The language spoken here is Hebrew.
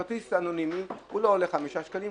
כרטיס אנונימי הוא לא עולה 5 שקלים,